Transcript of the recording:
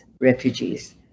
refugees